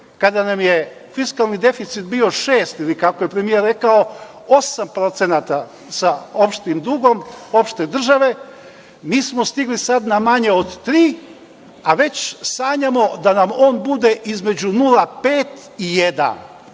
kada nam je fiskalni deficit bio 6%, ili kako nam je premijer rekao 8% sa opštim dugom države, mi smo stigli sada na manje od 3%, a već sanjamo da nam on bude između 0,5% i 1%.